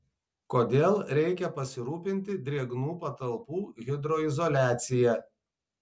kodėl reikia pasirūpinti drėgnų patalpų hidroizoliacija